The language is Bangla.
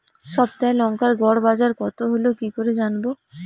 সপ্তাহে লংকার গড় বাজার কতো হলো কীকরে জানবো?